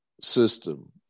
system